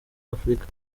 afurika